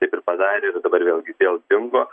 taip ir padarė dabar vėlgi vėl dingo